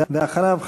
ואחריו,